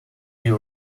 you